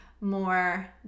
more